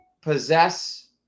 possess